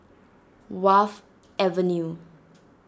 Wharf Avenue